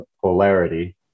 polarity